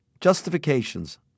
Justifications